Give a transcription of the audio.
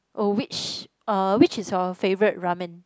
oh which uh which is your favourite ramen